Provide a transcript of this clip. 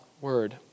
word